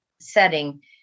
setting